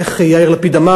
איך יאיר לפיד אמר?